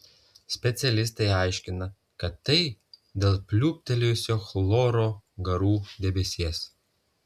specialistai aiškina kad tai dėl pliūptelėjusio chloro garų debesies